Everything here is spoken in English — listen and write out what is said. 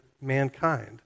mankind